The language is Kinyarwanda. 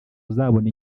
uzabona